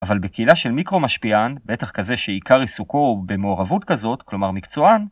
אבל בקהילה של מיקרו משפיען, בטח כזה שעיקר עיסוקו הוא במעורבות כזאת, כלומר מקצוען,